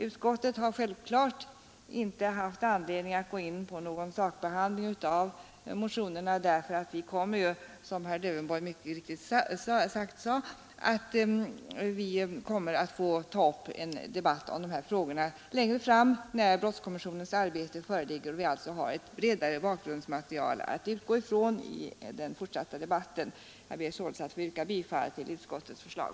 Utskottet har självfallet inte haft anledning att gå in på någon sakbehandling av motionerna, därför att vi kommer — som herr Lövenborg mycket riktigt sade — att få ta upp en debatt om de här frågorna längre fram, när resultatet av brottskommissionens arbete föreligger och vi alltså har ett bredare bakgrundsmaterial att utgå från. Jag ber att få yrka bifall till utskottets förslag.